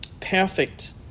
perfect